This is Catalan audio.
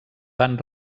van